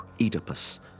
Oedipus